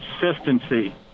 consistency